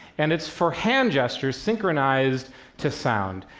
and it's for hand gestures synchronized to sound,